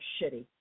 shitty